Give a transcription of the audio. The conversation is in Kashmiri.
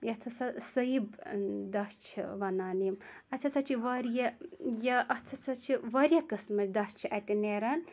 یَتھ ہَسا سیٚیب دَچھ چھِ وَنان یِم اَتھ ہَسا چھِ واریاہ یا اَتھ ہَسا چھِ واریاہ قٕسمٕکۍ دَچھ چھِ اَتہِ نیران